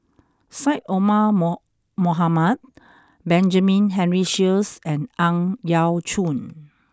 Syed Omar moan Mohamed Benjamin Henry Sheares and Ang Yau Choon